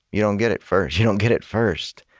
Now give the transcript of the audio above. you don't get it first. you don't get it first.